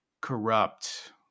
corrupt